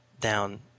down